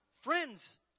friends